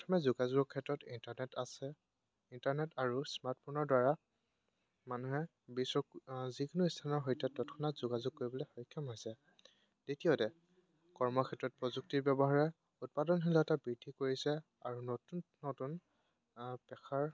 প্ৰথমে যোগাযোগৰ ক্ষেত্ৰত ইণ্টাৰনেট আছে ইণ্টাৰনেট আৰু স্মাৰ্টফোনৰ দ্বাৰা মানুহে যিকোনো স্থানৰ সৈতে তৎক্ষণাত যোগাযোগ কৰিবলৈ সক্ষম হৈছে দ্বিতীয়তে কৰ্মক্ষেত্ৰত প্ৰযুক্তিৰ ব্যৱহাৰে উৎপাদনশীলতা বৃদ্ধি কৰিছে আৰু নতুন নতুন প্ৰসাৰ